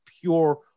pure